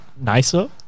nicer